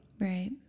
Right